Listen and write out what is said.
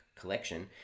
Collection